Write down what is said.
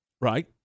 right